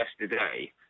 yesterday